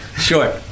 Sure